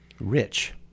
Rich